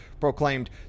proclaimed